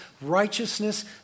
righteousness